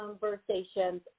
conversations